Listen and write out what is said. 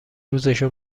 روزشو